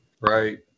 Right